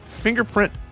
fingerprint